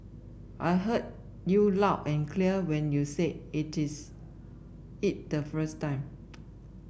I heard you loud and clear when you said it is it the first time